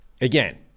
again